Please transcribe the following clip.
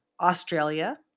Australia